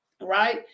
right